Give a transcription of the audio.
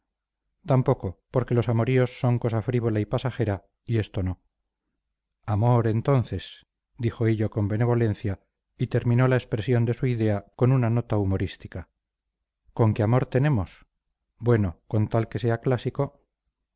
tampoco porque los amoríos son cosa frívola y pasajera y esto no amor entonces dijo hillo con benevolencia y terminó la expresión de su idea con una nota humorística con que amor tenemos bueno con tal que sea clásico